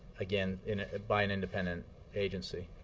again, by an independent agency.